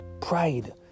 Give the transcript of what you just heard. Pride